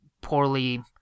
poorly –